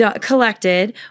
collected